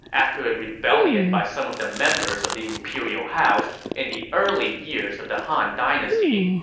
after a rebellion by some of the members of the imperial house in the early years of the han dynasty,